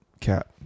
cat